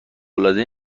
العاده